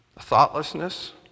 thoughtlessness